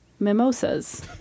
Mimosas